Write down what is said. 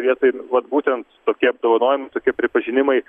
vietoj vat būtent tokie apdovanojimai tokie pripažinimai